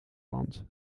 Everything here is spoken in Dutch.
land